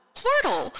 portal